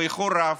באיחור רב,